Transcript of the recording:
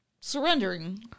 surrendering